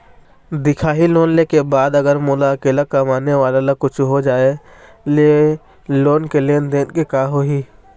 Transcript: दिखाही लोन ले के बाद अगर मोला अकेला कमाने वाला ला कुछू होथे जाय ले लोन के लेनदेन के का होही?